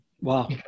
Wow